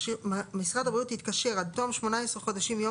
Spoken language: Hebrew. (ג)משרד הבריאות יתקשר עד תום 18 חודשים מיום